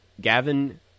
gavin